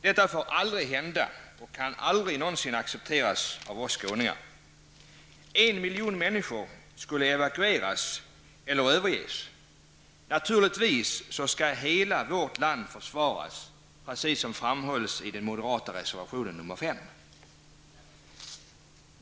Detta får aldrig hända och kan aldrig någonsin accepteras av oss skåningar. En miljon människor skulle evakueras eller överges. Naturligtvis skall hela vårt land försvaras, precis som framhålls i den moderata reservationen 5.